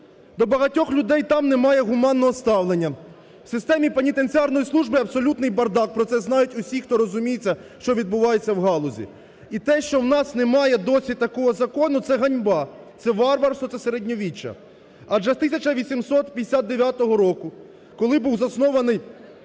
до багатьох людей там немає гуманного ставлення. В системі пенітенціарної служби абсолютний бардак, про це знають всі, хто розуміється, що відбувається в галузі. І те, що у нас немає досі такого закону – це ганьба, це варварство, це середньовіччя. Адже з 1859 року, коли був заснований